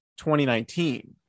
2019